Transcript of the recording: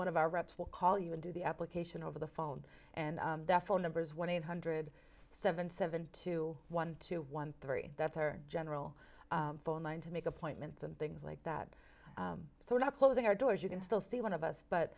one of our reps will call you and do the application over the phone and that phone number is one eight hundred seventy seven two one two one three that's our general phone line to make appointments and things like that so we're not closing our doors you can still see one of us but